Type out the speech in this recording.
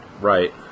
Right